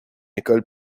école